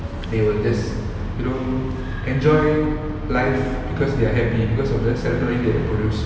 they will just you know enjoy life because they are happy because of the serotonin they produce